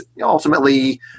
ultimately